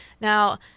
Now